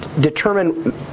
determine